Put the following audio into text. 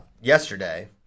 yesterday